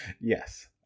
Yes